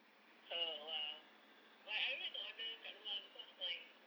oh !wow! but I don't like to order kat luar because like